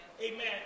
Amen